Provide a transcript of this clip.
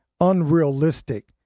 unrealistic